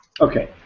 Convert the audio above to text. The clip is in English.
Okay